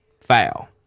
Foul